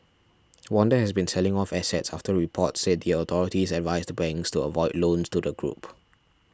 Wanda has been selling off assets after reports said the authorities advised banks to avoid loans to the group